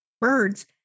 birds